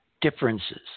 differences